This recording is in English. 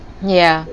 ya